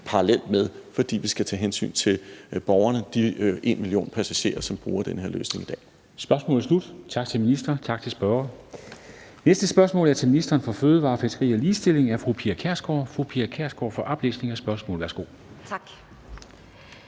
parallelt med det, fordi vi skal tage hensyn til borgerne – de 1 million passagerer, som bruger den her løsning i dag.